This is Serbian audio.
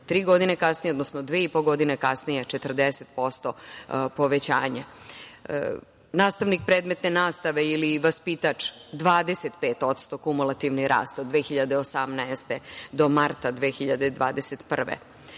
godine kasnije, odnosno dve i po godine kasnije 40% povećanje. Nastavnik predmetne nastave i vaspitač 25% kumulativni rast od 2018. do marta 2021.